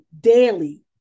daily